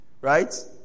right